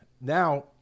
now